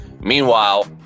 Meanwhile